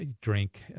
Drink